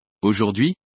Aujourd'hui